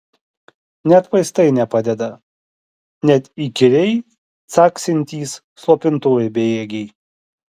net vaistai nepadeda net įkyriai caksintys slopintuvai bejėgiai